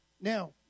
Now